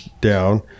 down